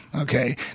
okay